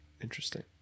Interesting